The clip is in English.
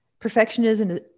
perfectionism